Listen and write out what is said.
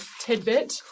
tidbit